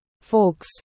folks